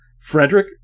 Frederick